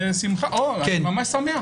אני ממש שמח.